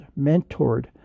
mentored